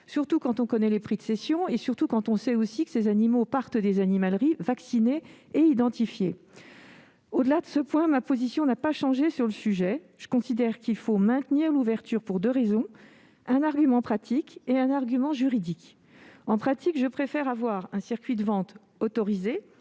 surtout quand on connaît leur prix de cession et quand on sait que ces animaux quittent l'animalerie vaccinés et identifiés. Au-delà de cela, ma position n'a pas changé sur le sujet. Je considère qu'il faut maintenir l'ouverture de la vente en animalerie pour deux raisons : un argument pratique et un argument juridique. En pratique, je préfère laisser exister un circuit de vente autorisé,